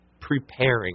preparing